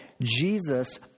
Jesus